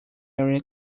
area